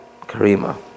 karima